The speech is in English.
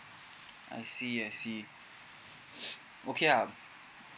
I see I see okay ah